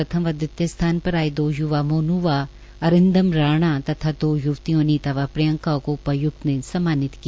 प्रथम व दवितीय स्थान पर आये दो यूवा मोन् व अरिन्दम राणा तथा दो यूवतियों अनीता व प्रियंका को उपायुक्त ने सम्मानित किया